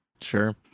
Sure